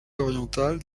orientale